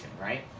right